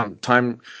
time